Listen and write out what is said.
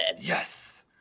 yes